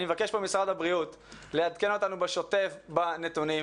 אני מבקש ממשרד הבריאות לעדכן אותנו בשוטף בנתונים,